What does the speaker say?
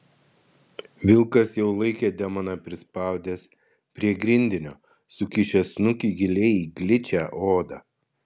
vilkas jau laikė demoną prispaudęs prie grindinio sukišęs snukį giliai į gličią odą